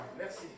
merci